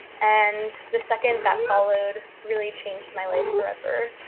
and the second that followed really changed my life forever.